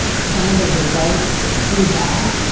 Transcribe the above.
some of the results that she got,